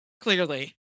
clearly